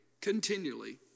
continually